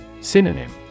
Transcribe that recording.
Synonym